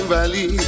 Valley